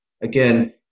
Again